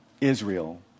Israel